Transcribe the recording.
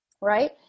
right